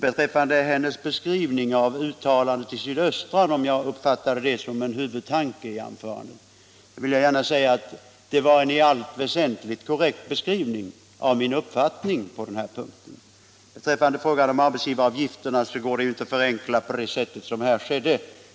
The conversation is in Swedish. Efter fru Håkanssons beskrivning av mitt uttalande i Sydöstra Sveriges Dagblad — jag uppfattade den som en huvudpunkt i anförandet — vill jag gärna säga att tidningen i allt väsentligt korrekt återgav min uppfattning på den här punkten. Frågan om arbetsgivaravgifterna går det inte att förenkla på det sätt som här skedde.